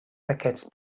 d’aquest